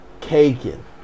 caking